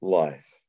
life